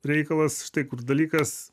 reikalas štai kur dalykas